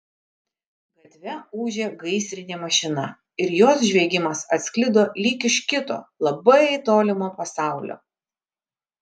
gatve ūžė gaisrinė mašina ir jos žviegimas atsklido lyg iš kito labai tolimo pasaulio